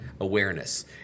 awareness